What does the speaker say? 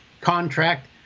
contract